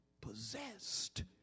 possessed